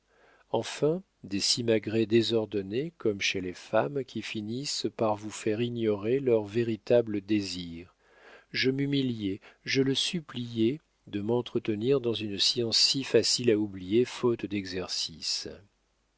enfin des simagrées désordonnées comme chez les femmes qui finissent par vous faire ignorer leurs véritables désirs je m'humiliais je le suppliais de m'entretenir dans une science si facile à oublier faute d'exercice